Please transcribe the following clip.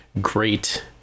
great